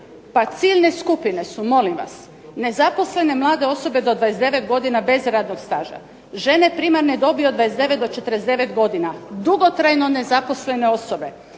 Pa ciljne skupine su molim vas, nezaposlene mlade osobe do 29 godina bez radnog staža, žene primarne dobi od 29 do 49 godina, dugotrajno nezaposlene osobe,